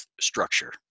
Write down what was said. structure